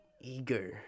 eager